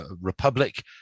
Republic